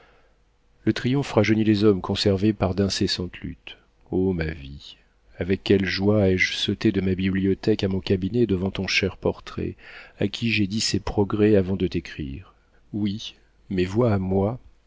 le triomphe rajeunit les hommes conservés par d'incessantes luttes o ma vie avec quelle joie ai-je sauté de ma bibliothèque à mon cabinet devant ton cher portrait à qui j'ai dit ces progrès avant de t'écrire oui mes voix à moi